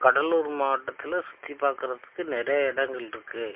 கடலூர் மாவட்டத்தில் சுற்றி பார்க்குறதுக்கு நிறைய இடங்கள் இருக்குது